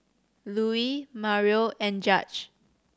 Louise Mario and Judge